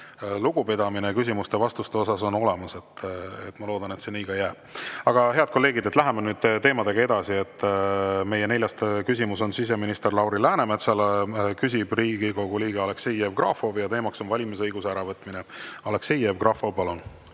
lugupidamine küsimuste-vastuste puhul on olemas. Ma loodan, et see nii ka jääb. Aga, head kolleegid, läheme nüüd teemadega edasi. Meie neljas küsimus on siseminister Lauri Läänemetsale, küsib Riigikogu liige Aleksei Jevgrafov ja teemaks on valimisõiguse äravõtmine. Aleksei Jevgrafov,